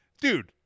dude